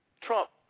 Trump